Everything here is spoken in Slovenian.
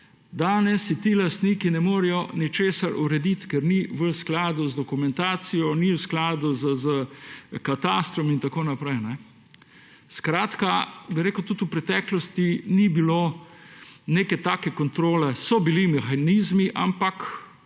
danes si ti lastniki ne morejo ničesar urediti, ker ni v skladu z dokumentacijo, ni v skladu s katastrom in tako naprej. Tudi v preteklosti ni bilo neke take kontrole. So bili mehanizmi, ampak